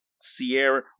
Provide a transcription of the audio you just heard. Sierra